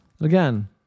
again